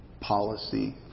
policy